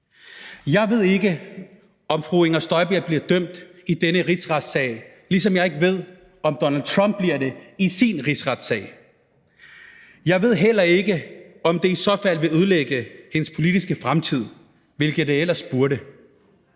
Jeg ved ikke, om fru Inger Støjberg bliver dømt i denne rigsretssag, ligesom jeg ikke ved, om Donald Trump bliver det ved sin rigsretssag. Jeg ved heller ikke, om det i så fald vil ødelægge hendes politiske fremtid, hvilket det ellers burde;